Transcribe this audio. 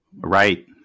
Right